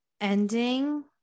ending